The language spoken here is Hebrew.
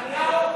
נתניהו?